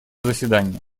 заседания